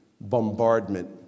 bombardment